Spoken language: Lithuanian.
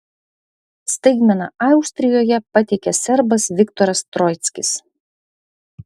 staigmeną austrijoje pateikė serbas viktoras troickis